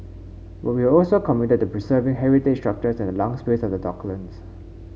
but we are also committed to preserving heritage structures and the lung space of the docklands